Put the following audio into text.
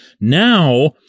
Now